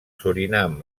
surinam